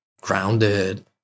grounded